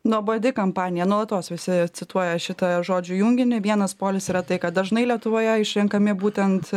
nuobodi kampanija nuolatos visi cituoja šitą žodžių junginį vienas polis yra tai kad dažnai lietuvoje išrenkami būtent